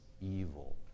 evil